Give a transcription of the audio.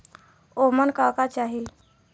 ओमन का का चाही?